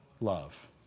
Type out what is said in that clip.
Love